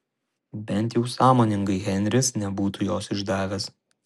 bent jau sąmoningai henris nebūtų jos išdavęs